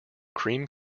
cream